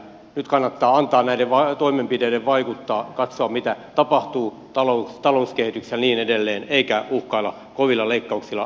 nyt kannattaa antaa näiden toimenpiteiden vaikuttaa katsoa mitä tapahtuu talouskehityksessä ja niin edelleen eikä uhkailla kovilla leikkauksilla ennakkoon